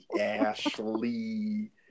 Ashley